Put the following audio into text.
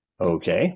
Okay